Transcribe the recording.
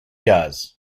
does